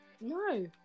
No